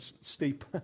steep